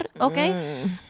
okay